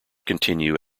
continue